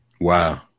Wow